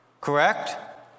correct